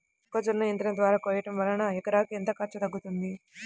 మొక్కజొన్న యంత్రం ద్వారా కోయటం వలన ఎకరాకు ఎంత ఖర్చు తగ్గుతుంది?